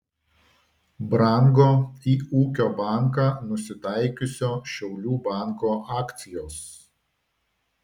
brango į ūkio banką nusitaikiusio šiaulių banko akcijos